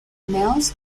males